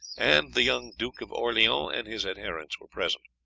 and the young duke of orleans and his adherents were present.